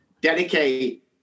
dedicate